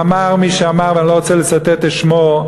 ואמר מי שאמר, ואני לא רוצה לצטט את שמו,